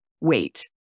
wait